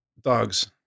Dogs